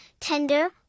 tender